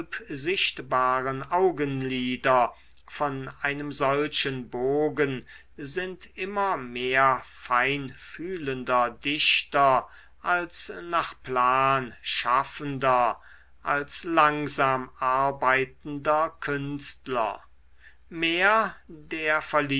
halbsichtbaren augenlider von einem solchen bogen sind immer mehr feinfühlender dichter als nach plan schaffender als langsam arbeitender künstler mehr